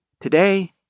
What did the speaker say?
Today